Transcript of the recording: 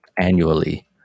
annually